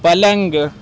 پلنگ